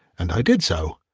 and i did so.